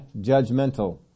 judgmental